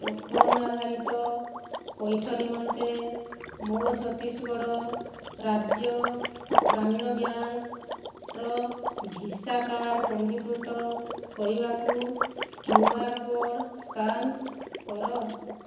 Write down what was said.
token ଆଧାରିତ ପଇଠ ନିମନ୍ତେ ମୋ ଛତିଶଗଡ଼ ରାଜ୍ୟ ଗ୍ରାମୀଣ ବ୍ୟାଙ୍କ୍ର ଭିସା କାର୍ଡ଼ ପଞ୍ଜୀକୃତ କରିବାକୁ କ୍ୟୁ ଆର କୋଡ଼ ସ୍କାନ୍ କର